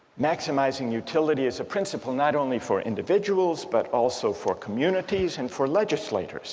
maximizing utility is a principal not only for individuals but also for communities and for legislators